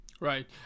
Right